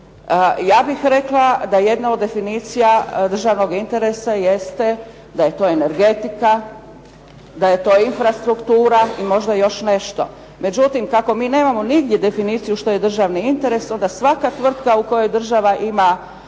Ja bih rekla da jedna od definicija državnog interesa jeste da je to energetika, da je to infrastruktura i da je to još nešto. Međutim, kako mi nemamo nigdje definiciji što je državni interes, onda svaka tvrtka u kojoj država ima